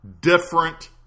different